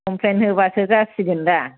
complain होबासो जासिगोन दा